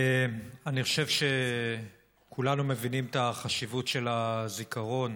אני חושב שכולנו מבינים את החשיבות של הזיכרון